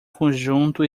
conjunto